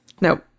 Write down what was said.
No